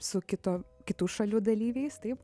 su kito kitų šalių dalyviais taip